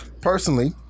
personally